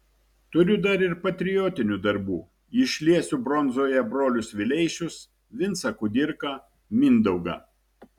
turiu dar ir patriotinių darbų išliesiu bronzoje brolius vileišius vincą kudirką mindaugą